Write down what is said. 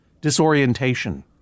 disorientation